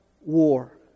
war